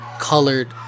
colored